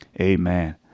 Amen